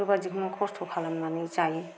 बेफोर बायदिखौनो खस्थ' खालामनानै जायो